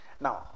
Now